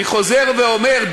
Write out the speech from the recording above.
אני חוזר ואומר,